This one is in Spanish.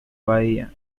bahía